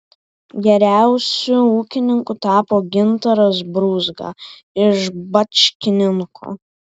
geriausiu ūkininku tapo gintaras brūzga iš bačkininkų